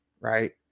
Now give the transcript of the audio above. right